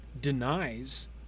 denies